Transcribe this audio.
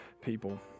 people